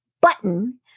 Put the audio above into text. button